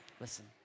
Listen